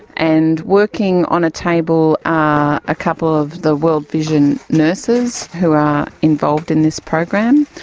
and working on a table are a couple of the world vision nurses who are involved in this program.